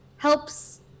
helps